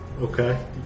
Okay